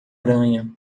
aranha